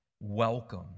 welcome